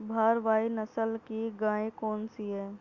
भारवाही नस्ल की गायें कौन सी हैं?